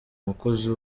mukozi